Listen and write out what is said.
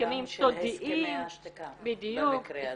הסכמים סודיים -- וגם של הסכמי השתקה במקרה הזה.